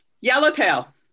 yellowtail